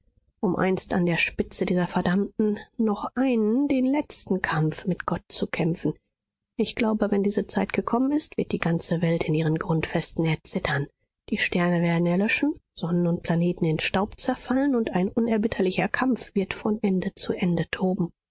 um einst an der spitze dieser verdammten noch einen den letzten kampf mit gott zu kämpfen ich glaube wenn diese zeit gekommen ist wird die ganze welt in ihren grundfesten erzittern die sterne werden erlöschen sonnen und planeten in staub zerfallen und ein unerbittlicher kampf wird von ende zu ende toben